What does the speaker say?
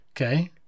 Okay